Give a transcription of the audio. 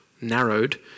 narrowed